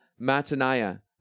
Mataniah